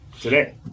today